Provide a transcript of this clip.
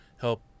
help